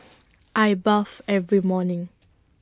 I bath every morning